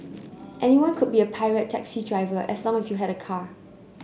anyone could be a pirate taxi driver as long as you had a car